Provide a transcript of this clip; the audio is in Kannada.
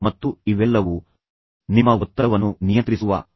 ಮತ್ತು ಇವೆಲ್ಲವೂ ನಿಮ್ಮ ಒತ್ತಡವನ್ನು ನಿಯಂತ್ರಿಸುವ ಬಹಳ ಮುಖ್ಯವಾದ ಅಂಶಗಳಾಗಿವೆ